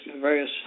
various